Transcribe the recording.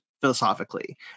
philosophically